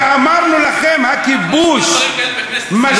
כשאמרנו לכם שהכיבוש משחית,